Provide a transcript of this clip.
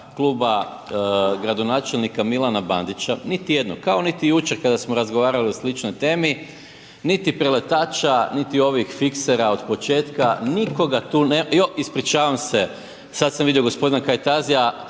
kluba gradonačelnika Milana Bandića, niti jednog, kao niti jučer kada smo razgovarali o sličnoj temi, niti preletača, niti ovih fiksera od početka, nikoga tu nema, joj, ispričavam se, sad sam vidio g. Kajtazija,